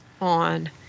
on